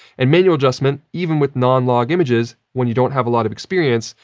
and manual adjustment, even with non-log images, when you don't have a lot of experience,